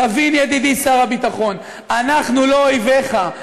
תבין, ידידי שר הביטחון, אנחנו לא אויביך.